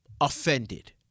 offended